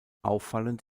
auffallend